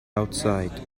outside